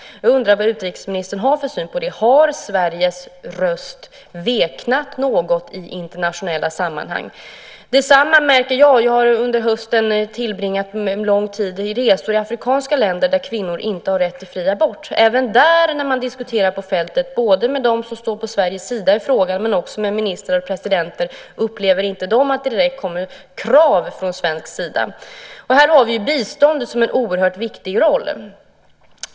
Jag undrar vad utrikesministern har för syn på det. Har Sveriges röst veknat något i internationella sammanhang? Detsamma märker jag. Jag har under hösten tillbringat lång tid på resor i afrikanska länder där kvinnor inte har rätt till fri abort. Även när man där diskuterar på fältet både med dem som står på Sveriges sida i frågan och med ministrar och presidenter upplever inte de att det direkt kommer krav från svensk sida. Här har biståndet en oerhört viktig roll.